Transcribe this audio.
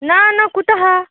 न न कुतः